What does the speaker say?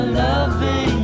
loving